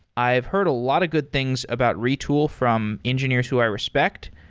i've heard a lot of good things about retool from engineers who i respect.